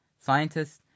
scientists